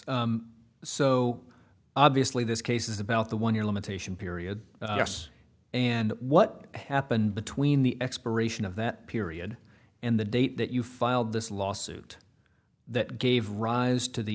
so obviously this case is about the one year limitation period yes and what happened between the expiration of that period and the date that you filed this lawsuit that gave rise to the